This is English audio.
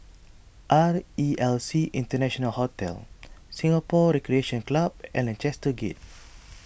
R E L C International Hotel Singapore Recreation Club and Lancaster Gate